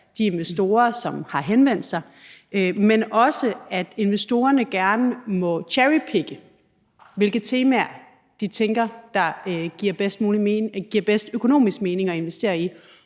de investorer, som har henvendt sig, og det andet er, at investorerne også gerne må cherrypicke, hvilke temaer de tænker der økonomisk giver bedst mulig mening at investere i,